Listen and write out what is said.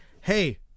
Hey